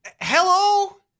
Hello